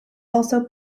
also